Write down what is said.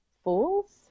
Fools